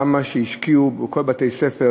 כמה שהשקיעו כל בתי-הספר,